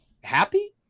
happy